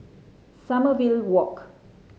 Sommerville Walk